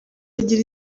agira